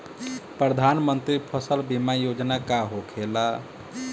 प्रधानमंत्री फसल बीमा योजना का होखेला?